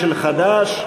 והכלכלי, של חד"ש.